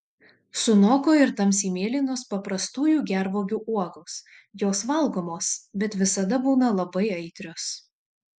sunoko ir tamsiai mėlynos paprastųjų gervuogių uogos jos valgomos bet visada būna labai aitrios